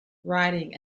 writing